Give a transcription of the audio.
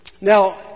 Now